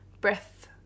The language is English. breath